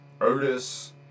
Otis